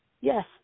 Yes